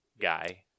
guy